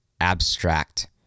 abstract